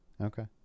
Okay